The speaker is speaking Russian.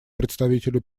представителю